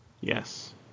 Yes